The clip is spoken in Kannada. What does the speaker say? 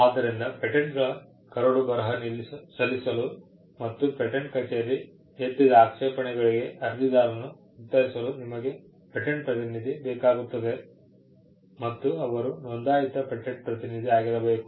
ಆದ್ದರಿಂದ ಪೇಟೆಂಟ್ಗಳ ಕರಡು ಬರಹ ಸಲ್ಲಿಸಲು ಮತ್ತು ಪೇಟೆಂಟ್ ಕಚೇರಿ ಎತ್ತಿದ ಆಕ್ಷೇಪಣೆಗಳಿಗೆ ಅರ್ಜಿದಾರನು ಉತ್ತರಿಸಲು ನಿಮಗೆ ಪೇಟೆಂಟ್ ಪ್ರತಿನಿಧಿ ಬೇಕಾಗುತ್ತದೆ ಮತ್ತು ಅವರು ನೋಂದಾಯಿತ ಪೇಟೆಂಟ್ ಪ್ರತಿನಿಧಿ ಆಗಿರಬೇಕು